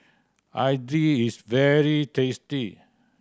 idly is very tasty